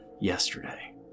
yesterday